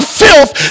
filth